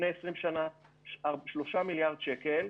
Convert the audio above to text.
לפני 20 שנה שלושה מיליארד שקל,